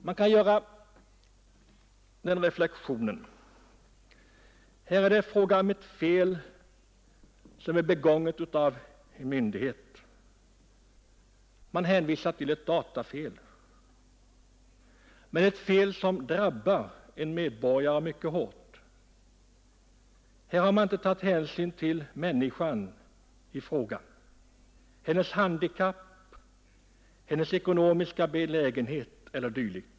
Man kan göra den reflexionen att här är det fråga om ett fel, som är begånget av en myndighet; man hänvisar till ett datafel. Men det är ett fel som drabbar en medborgare mycket hårt. Här har man inte tagit hänsyn till människan i fråga, till hennes handikapp, hennes ekonomiska belägenhet e. d.